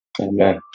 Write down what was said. Amen